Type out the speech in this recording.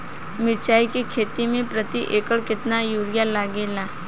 मिरचाई के खेती मे प्रति एकड़ केतना यूरिया लागे ला?